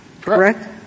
correct